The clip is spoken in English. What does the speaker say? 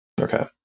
Okay